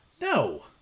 No